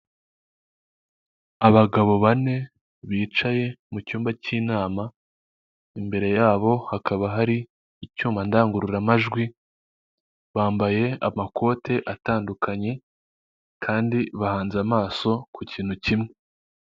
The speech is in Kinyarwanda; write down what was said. Abagabo bane bicaye mu cyumba cy'inama, imbere yabo hakaba hari icyuma ndangururamajwi, bambaye amakote atandukanye kandi bahanze amaso ku kintu kimwe.